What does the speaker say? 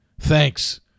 Thanks